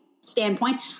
standpoint